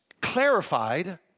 clarified